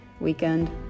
weekend